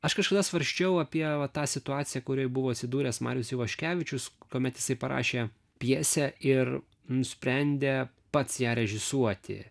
aš kažkada svarsčiau apie va tą situaciją kurioje buvo atsidūręs marius ivaškevičius kuomet jisai parašė pjesę ir nusprendė pats ją režisuoti